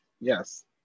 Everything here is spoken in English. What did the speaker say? yes